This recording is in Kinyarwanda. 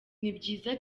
byiza